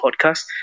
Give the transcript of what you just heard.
podcast